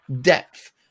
depth